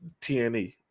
TNE